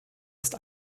ist